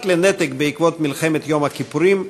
פרט לנתק בעקבות מלחמת יום הכיפורים,